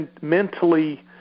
mentally